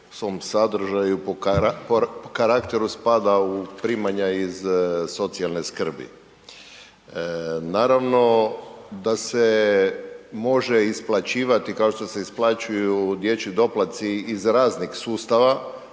po svom sadržaju, po karakteru spada u primanja iz socijalne skrbi. Naravno da se može isplaćivati kao što se isplaćuju dječji doplaci iz raznih sustava,